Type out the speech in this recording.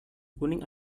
kuning